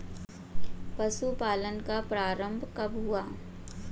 पशुपालन का प्रारंभ कब हुआ?